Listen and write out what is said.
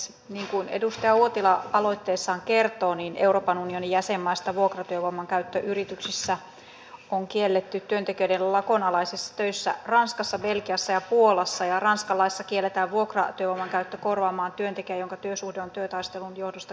niin kuin edustaja uotila aloitteessaan kertoo niin euroopan unionin jäsenmaista vuokratyövoiman käyttö yrityksissä on kielletty työntekijöiden lakonalaisissa töissä ranskassa belgiassa ja puolassa ja ranskan laissa kielletään vuokratyövoiman käyttö korvaamaan työntekijä jonka työsuhde on työtaistelun johdosta keskeytyneenä